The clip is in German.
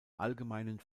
allgemeinen